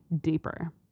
deeper